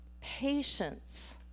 Patience